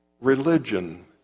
Religion